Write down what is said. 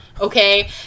okay